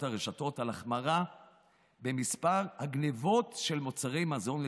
הרשתות על החמרה במספר הגנבות של מוצרי מזון לתינוקות.